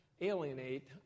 alienate